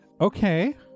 Okay